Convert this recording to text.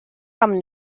some